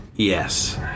Yes